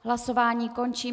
Hlasování končím.